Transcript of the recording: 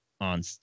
on